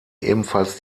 ebenfalls